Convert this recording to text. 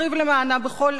הוא הבין באופן עמוק,